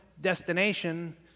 destination